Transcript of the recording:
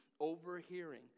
overhearing